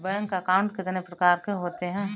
Bank account कितने प्रकार के होते हैं?